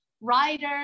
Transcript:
writer